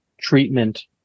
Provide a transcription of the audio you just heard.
treatment